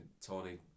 Tony